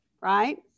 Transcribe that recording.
right